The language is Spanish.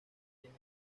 tiene